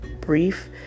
brief